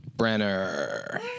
Brenner